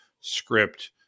script